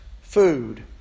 food